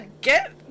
Get